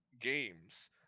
games